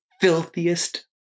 filthiest